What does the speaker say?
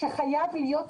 שחייב להיות סטרימי.